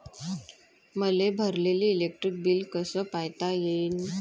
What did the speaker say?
मले भरलेल electric bill कस पायता येईन?